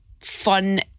fun